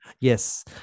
Yes